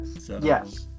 Yes